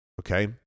Okay